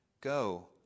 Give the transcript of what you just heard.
Go